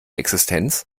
existenz